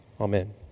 Amen